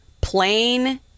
plain